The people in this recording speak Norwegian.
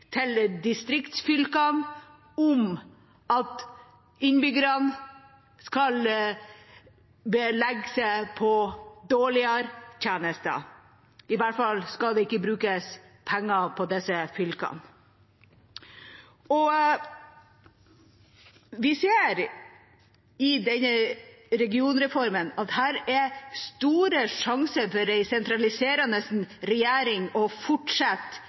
til distriktsfylkene om at innbyggerne skal belage seg på dårligere tjenester. Det skal i hvert fall ikke brukes penger på disse fylkene. Vi ser med denne regionreformen at det er store sjanser for en sentraliserende regjering til å fortsette